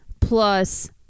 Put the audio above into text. plus